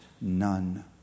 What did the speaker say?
none